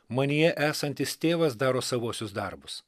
manyje esantis tėvas daro savuosius darbus